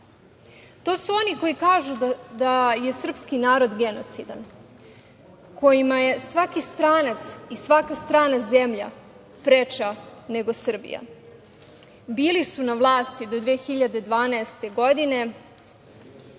To su oni koji kažu da je srpski narod genocidan, kojima je svaki stranac i svaka strana zemlja preča nego Srbija. Bili su na vlasti do 2012. godine,